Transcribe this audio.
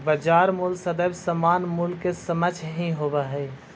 बाजार मूल्य सदैव सामान्य मूल्य के समकक्ष ही होवऽ हइ